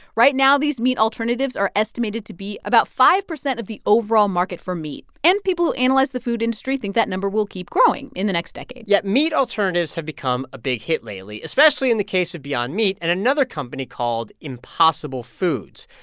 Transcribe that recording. right now these meat alternatives are estimated to be about five percent of the overall market for meat, and people who analyze the food industry think that number will keep growing in the next decade yeah, meat alternatives have become a big hit lately, especially in the case of beyond meat and another company called impossible foods.